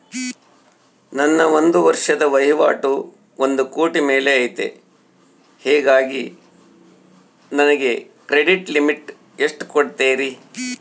ನನ್ನ ಒಂದು ವರ್ಷದ ವಹಿವಾಟು ಒಂದು ಕೋಟಿ ಮೇಲೆ ಐತೆ ಹೇಗಾಗಿ ನನಗೆ ಕ್ರೆಡಿಟ್ ಲಿಮಿಟ್ ಎಷ್ಟು ಕೊಡ್ತೇರಿ?